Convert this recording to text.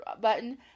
button